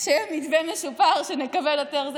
שיהיה מתווה משופר ונקבל יותר.